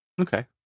Okay